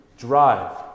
drive